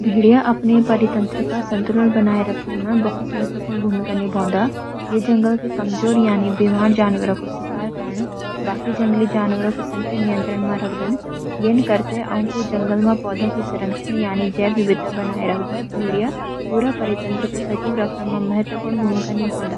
भेड़िया अपने परितंत्र का संतुलन बनाए रखने में बोहोत महत्वपूर्ण भूमिका निभौंदा। ये जंगल के कमजोर यानि बेमार जनावरौं को शिकार करन, बाकि जंगली जनावरौं की संख्या नियंत्रण मा राखदन। यैन करते, ओकुँ जंगल मा पौधौं को संरक्षण यानि जैव विविधता बनाए राख्द। भेड़िया पूरा परितंत्र को सजीव राखण में महत्वपूर्ण भूमिका निभौंदा।